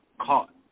caught